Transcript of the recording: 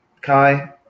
Kai